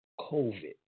COVID